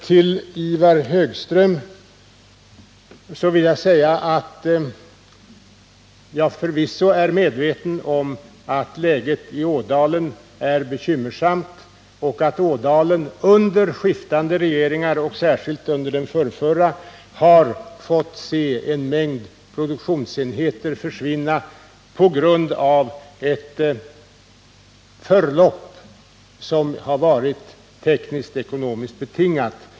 Till Ivar Högström vill jag säga att jag förvisso är medveten om att läget i Ådalen är bekymmersamt och att Ådalen under skiftande regeringar och särskilt under den förrförra regeringen har fått se en mängd produktionsenheter försvinna på grund av ett förlopp som varit tekniskt-ekonomiskt betingat.